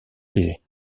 privés